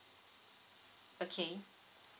okay